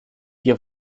wir